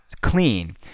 clean